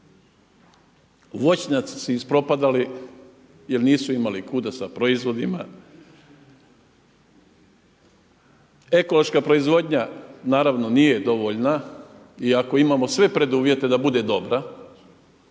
Voćnjaci su ispropadali jer nisu imali kuda sa proizvodima, ekološka proizvodnja naravno nije dovoljna iako imamo sve preduvjete da bude dobra.